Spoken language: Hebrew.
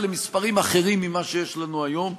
אבל למספרים אחרים ממה שיש לנו היום.